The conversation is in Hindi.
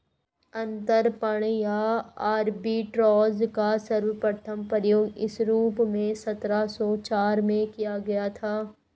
अंतरपणन या आर्बिट्राज का सर्वप्रथम प्रयोग इस रूप में सत्रह सौ चार में किया गया था